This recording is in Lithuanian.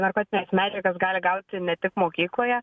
narkotines medžiagas gali gauti ne tik mokykloje